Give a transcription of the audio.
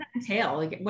entail